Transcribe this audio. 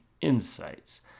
Insights